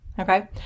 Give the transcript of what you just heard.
okay